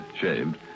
shaved